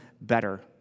better